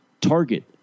target